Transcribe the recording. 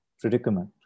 predicament